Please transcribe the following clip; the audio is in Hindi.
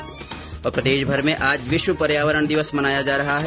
्र प्रदेशभर में आज विश्व पर्यावरण दिवस मनाया जा रहा है